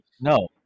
no